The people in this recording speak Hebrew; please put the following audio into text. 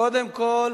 קודם כול